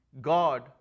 God